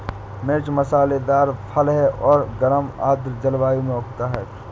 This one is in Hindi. मिर्च मसालेदार फल है और गर्म आर्द्र जलवायु में उगता है